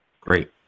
Great